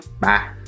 Bye